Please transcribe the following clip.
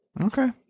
Okay